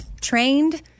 trained